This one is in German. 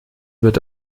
wird